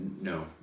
no